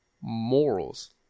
morals